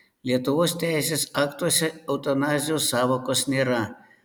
lietuvos teisės aktuose eutanazijos sąvokos nėra